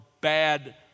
bad